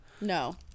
No